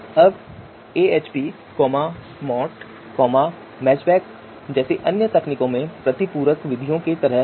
अब AHP MAUT और MACBETH जैसी अन्य तकनीकों में जो प्रतिपूरक विधियों की तरह हैं